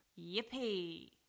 Yippee